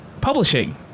Publishing